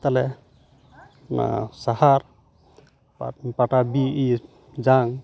ᱛᱟᱦᱞᱮ ᱚᱱᱟ ᱥᱟᱦᱟᱨ ᱯᱟᱴᱟ ᱤᱭᱟᱹ ᱡᱟᱝ